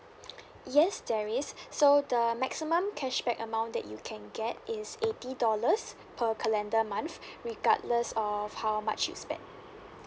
yes there is so the maximum cashback amount that you can get is eighty dollars per calendar month regardless of how much you spend